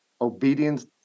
obedience